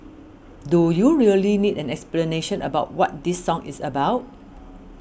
do you really need an explanation about what this song is about